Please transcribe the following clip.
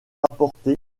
rapportés